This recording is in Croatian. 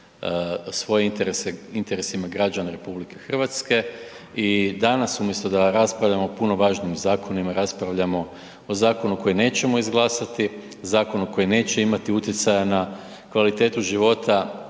svoje interese interesima građana RH i danas umjesto da raspravljamo o puno važnijim zakonima raspravljamo o zakonu koji nećemo izglasati, zakonu koji neće imati utjecaja na kvalitetu života